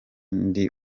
ndi